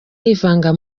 yivanga